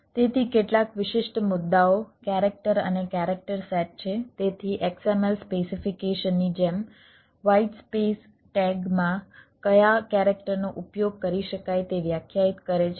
તેથી કેટલાક વિશિષ્ટ મુદ્દાઓ કેરેક્ટર પ્રદાન કરે છે